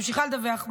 ממשיכה לדווח.